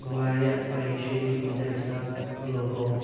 وارِیاہ پَریشٲنی تُل تمہِ ساتہٕ لُکو